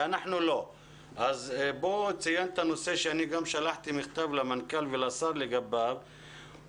אני גם שלחתי מכתב למנכ"ל ולשר וביקשתי